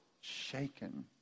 shaken